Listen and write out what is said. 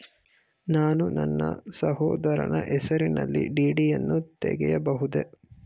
ನಾನು ನನ್ನ ಸಹೋದರನ ಹೆಸರಿನಲ್ಲಿ ಡಿ.ಡಿ ಯನ್ನು ತೆಗೆಯಬಹುದೇ?